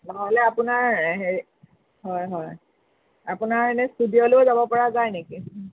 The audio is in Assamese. নহ'লে আপোনাৰ হে হয় হয় আপোনাৰ এনে ষ্টুডিঅ'লৈও যাব পৰা যায় নেকি